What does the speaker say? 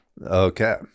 Okay